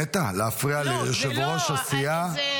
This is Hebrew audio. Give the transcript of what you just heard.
נטע, להפריע ליושבת-ראש הסיעה?